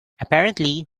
apparently